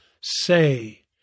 say